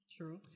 True